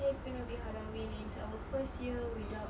then it's gonna be halloween it's our first year without